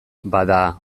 bada